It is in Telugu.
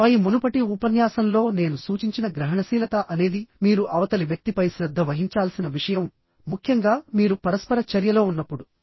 ఆపై మునుపటి ఉపన్యాసంలో నేను సూచించిన గ్రహణశీలత అనేది మీరు అవతలి వ్యక్తిపై శ్రద్ధ వహించాల్సిన విషయం ముఖ్యంగా మీరు పరస్పర చర్యలో ఉన్నప్పుడు